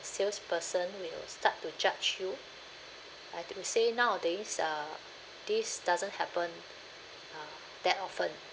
salesperson will start to judge you I could say nowadays uh this doesn't happen uh that often